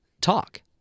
talk